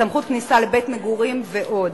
סמכות כניסה לבית מגורים ועוד.